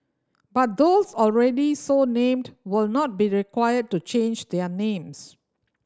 but those already so named will not be required to change their names